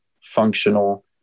functional